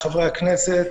לחברי הכנסת,